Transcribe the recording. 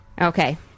Okay